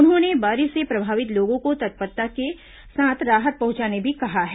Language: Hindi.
उन्होंने बारिश से प्रभावित लोगों को तत्परता से राहत पहंचाने भी कहा है